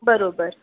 बरोबर